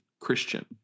Christian